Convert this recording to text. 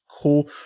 cool